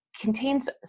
Contains